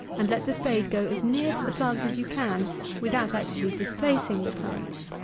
and let the spade go as near to the plants as you can without actually displacing the plants.